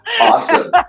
Awesome